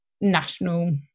national